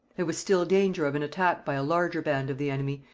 there was still danger of an attack by a larger band of the enemy,